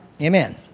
amen